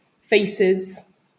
faces